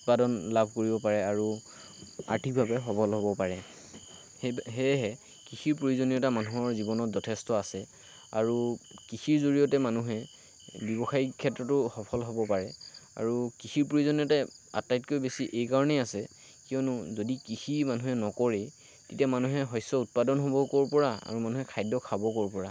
উৎপাদন লাভ কৰিব পাৰে আৰু আৰ্থিকভাৱে সবল হ'ব পাৰে সেয়েহে কৃষিৰ প্ৰয়োজনীয়তা মানুহৰ জীৱনত যথেষ্ট আছে আৰু কৃষিৰ জৰিয়তে মানুহে ব্যৱসায়িক ক্ষেত্ৰটো সফল হ'ব পাৰে আৰু কৃষিৰ প্ৰয়োজনীয়তা আটাইতকৈ বেছি এই কাৰণেই আছে কিয়নো যদি কৃষি মানুহে নকৰেই তেতিয়া মানুহে শস্য উৎপাদন হ'ব ক'ৰ পৰা আৰু মানুহে খাদ্য খাব ক'ৰ পৰা